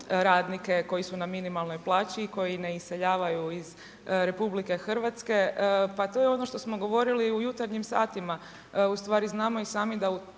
radnike koji su na minimalnoj plaći i koji ne iseljavaju iz RH, pa to je ono što smo govorili u jutarnjim satima, u stvari znamo i sami da